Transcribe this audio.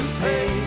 pay